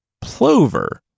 Plover